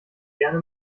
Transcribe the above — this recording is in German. gerne